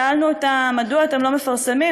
ושאלנו אותה: מדוע אתם לא מפרסמים?